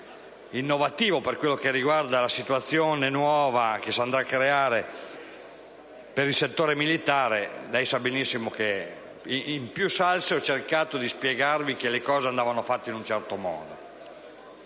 innovativo per quello che riguarda la nuova situazione che si andrà a creare per il settore militare - lei sa benissimo che in più modi ho cercato di spiegarvi che le cose andavano fatte in un certo modo.